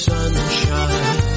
Sunshine